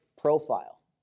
profile